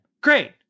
Great